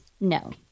No